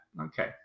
Okay